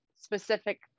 specific